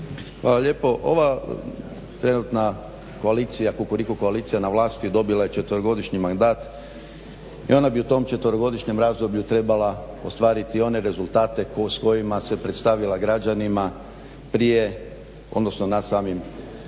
Hvala lijepo. Ova trenutna koalicija Kukuriku koalicija na vlasti je dobila 4-godišnji mandat i ona bi u tom 4-godišnjem razdoblju trebala ostvariti one rezultate s kojima se predstavila građanima prije, odnosno u samoj